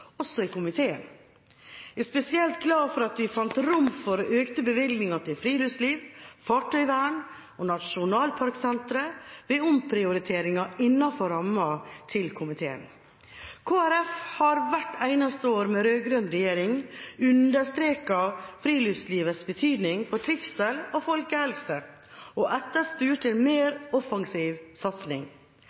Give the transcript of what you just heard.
også i komiteen. Jeg er spesielt glad for at vi fant rom for økte bevilgninger til friluftsliv, fartøyvern og Nasjonalparksenteret ved omprioriteringer innenfor komiteens ramme. Kristelig Folkeparti har hvert år med rød-grønn regjering understreket friluftlivets betydning for trivsel og folkehelse og etterspurt en mer offensiv satsing.